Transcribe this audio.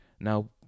Now